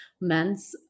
men's